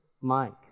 Mike